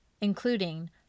including